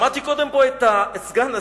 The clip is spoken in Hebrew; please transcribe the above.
שמעתי פה קודם את סגן השר,